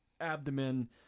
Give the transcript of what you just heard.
abdomen